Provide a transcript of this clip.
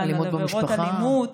על עבירות אלימות.